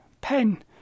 pen